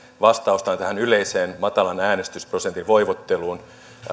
vastaustaan tähän yleiseen matalan äänestysprosentin voivotteluun